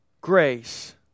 grace